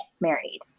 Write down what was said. married